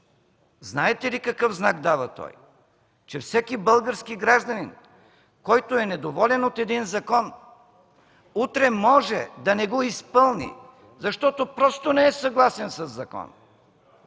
Знаете ли какъв знак дава той? Че всеки български гражданин, който е недоволен от един закон, утре може да не го изпълни, защото просто не е съгласен със закона.